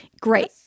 great